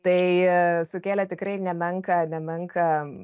tai sukėlė tikrai nemenką nemenką